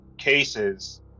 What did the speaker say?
cases